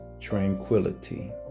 tranquility